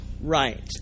right